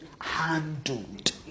handled